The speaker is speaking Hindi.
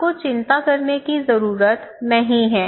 आपको चिंता करने की जरूरत नहीं है